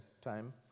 time